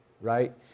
right